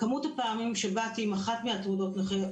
כמות הפעמים שבאתי עם אחת מתעודות הנכה,